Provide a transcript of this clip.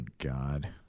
God